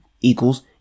equals